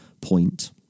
point